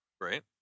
Right